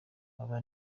aba